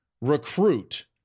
recruit